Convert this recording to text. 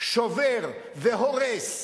שובר והורס,